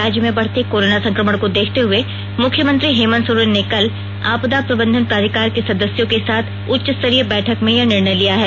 राज्य में बढ़ते कोरोना संक्रमण को देखते हुए मुख्यमंत्री हेमंत सोरेन ने कल आपदा प्रबंधन प्राधिकार के सदस्यों के साथ उच्च स्तरीय बैठक में यह निर्णय लिया है